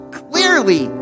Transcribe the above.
clearly